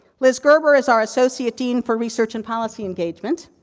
lis gerber is our associate dean for research and policy engagement.